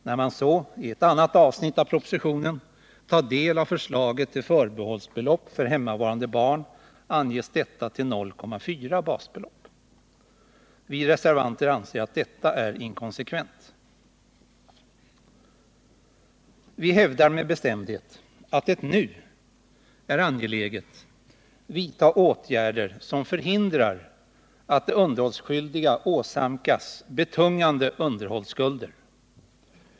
När man så i ett annat avsnitt av propositionen tar del av förslaget till förbehållsbelopp för hemmavarande barn anges detta till 0,4 basbelopp. Vi reservanter anser att detta är inkonsekvent. Vi hävdar med bestämdhet att det nu är angeläget vidta åtgärder som förhindrar att de underhållsskyldiga åsamkas betungande underhållsskulder.